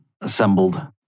assembled